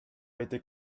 été